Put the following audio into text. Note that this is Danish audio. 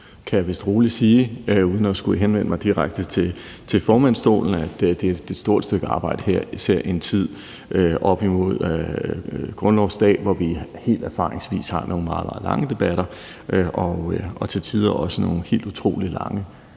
kan jeg vist roligt sige uden at skulle henvende mig direkte til formandsstolen, et stort stykke arbejde i en tid som her op imod grundlovsdag, hvor vi helt erfaringsmæssigt har nogle meget, meget lange debatter og til tider også nogle helt utrolig lange